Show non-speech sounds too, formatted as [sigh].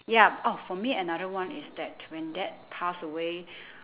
ya oh for me another one is that when dad passed away [breath]